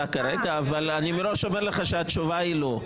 אבל אני מראש אומר לך שהתשובה היא לא.